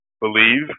believe